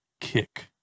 kick